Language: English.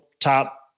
top